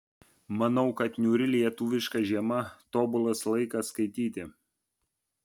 manau kad niūri lietuviška žiema tobulas laikas skaityti